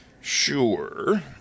sure